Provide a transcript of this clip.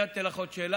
מייד אתן לך עוד שאלה.